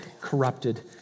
corrupted